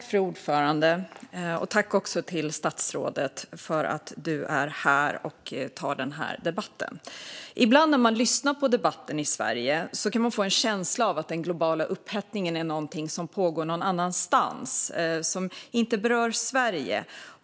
Fru talman! Tack, statsrådet, för att du är här och tar den här debatten! Ibland när man lyssnar på debatten i Sverige kan man få en känsla av att den globala upphettningen är någonting som pågår någon annanstans och inte berör Sverige.